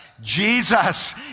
Jesus